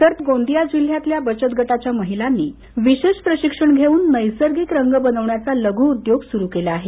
तर गोंदिया जिल्ह्यातील बचत गटाच्या महिलांनी विशेष प्रशिक्षण घेऊन नैसर्गिक रंग बनवण्याचा लघु उद्योग सुरु केला आहे